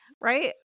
Right